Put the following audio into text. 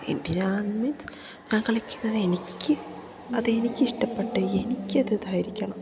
എന്തിനാണ് മീൻസ് ഞാൻ കളിക്കുന്നത് എനിക്ക് അത് എനിക്ക് ഇഷ്ടപ്പെട്ട എനിക്ക് അതായിരിക്കണം